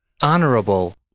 Honorable